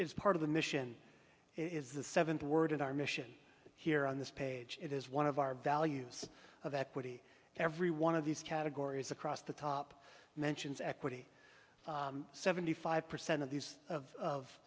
is part of the mission is the seventh word in our mission here on this page it is one of our values of equity every one of these categories across the top mentions equity seventy five percent of these of